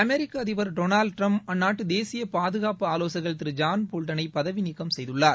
அமெரிக்க அதிபர் Donald Trump அந்நாட்டு தேசிய பாதுகாப்பு ஆலோககர் திரு ஜான் போல்டனை பதவி நீக்கம் செய்துள்ளார்